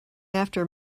after